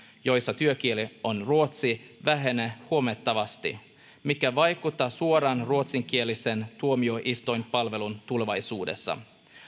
joissa työkieli on ruotsi vähenee huomattavasti mikä vaikuttaa suoraan ruotsinkieliseen tuomioistuinpalveluun tulevaisuudessa